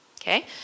Okay